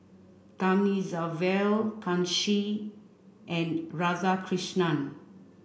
Thamizhavel Kanshi and Radhakrishnan